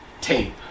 Tape